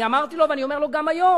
אמרתי לו ואני אומר לו גם היום: